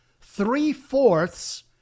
Three-fourths